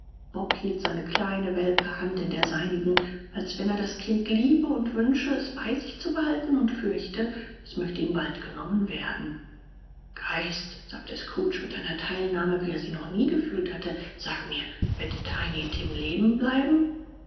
hielt seine kleine welke hand in der seinigen als wenn er das kind liebe und wünsche es bei sich zu behalten und fürchte es möchte ihm bald genommen werden geist sagte scrooge mit einer teilnahme wie er sie noch nie gefühlt hatte sag mir wird tiny tim leben bleiben